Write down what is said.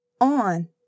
on